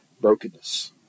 brokenness